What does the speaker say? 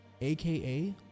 aka